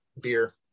beer